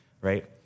right